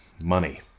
money